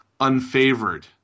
unfavored